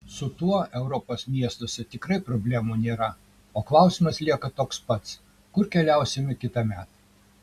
su tuo europos miestuose tikrai problemų nėra o klausimas lieka toks pats kur keliausime kitąmet